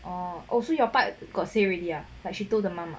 oh so your part got say already ah like she told the mum ah